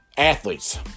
Athletes